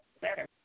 better